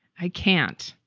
i can't,